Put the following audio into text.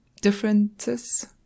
differences